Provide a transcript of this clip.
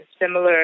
similar